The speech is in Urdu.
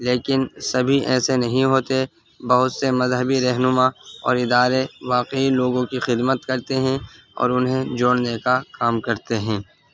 لیکن سبھی ایسے نہیں ہوتے بہت سے مذہبی رہنما اور ادارے واقعی لوگوں کی خدمت کرتے ہیں اور انہیں جوڑنے کا کام کرتے ہیں